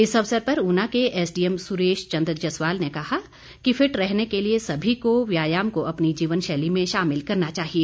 इस अवसर पर ऊना के एसडीएम सुरेश चंद जसवाल ने कहा कि फिट रहने के लिए समी को व्यायाम को अपनी जीवन शैली में शामिल करना चाहिए